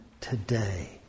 today